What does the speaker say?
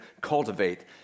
cultivate